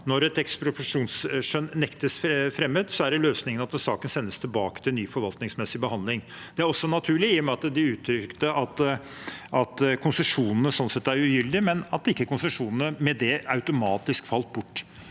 Når et ekspropriasjonsskjønn nektes fremmet, er løsningen at saken sendes tilbake til ny forvaltningsmessig behandling. Det er også naturlig, i og med at de uttrykte at konsesjonene sånn sett er ugyldige, men at konsesjonene ikke automatisk falt bort